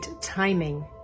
timing